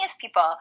people